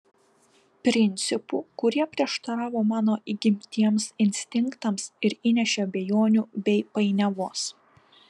principų kurie prieštaravo mano įgimtiems instinktams ir įnešė abejonių bei painiavos